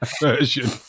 version